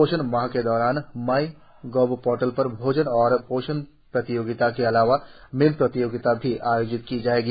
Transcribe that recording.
पोषण माह के दौरान माई गॉव पोर्टल पर भोजन और पोषण प्रतियोगिता के अलावा मीम प्रतियोगिता भी आयोजित की जाएगी